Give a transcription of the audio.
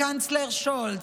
הקנצלר שולץ,